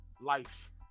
life